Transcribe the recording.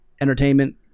entertainment